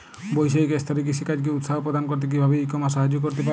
বৈষয়িক স্তরে কৃষিকাজকে উৎসাহ প্রদান করতে কিভাবে ই কমার্স সাহায্য করতে পারে?